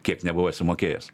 kiek nebuvai sumokėjęs